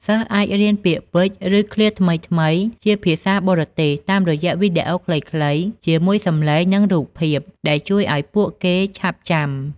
សិស្សអាចរៀន ពាក្យពេចន៍ ឬឃ្លាថ្មីៗ ជាភាសាបរទេសតាមរយៈវីដេអូខ្លីៗ ជាមួយសំឡេង និងរូបភាព ដែលជួយឲ្យពួកគេឆាប់ចាំ។